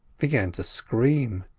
began to scream.